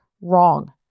wrong